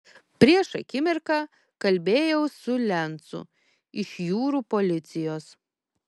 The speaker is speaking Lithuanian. prieš akimirką kalbėjau su lencu iš jūrų policijos